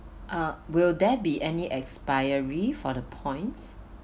uh will there be any expiry for the points